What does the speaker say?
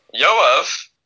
Yoav